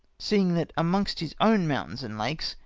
seeing that amongst his own mountains and lakes,